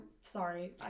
Sorry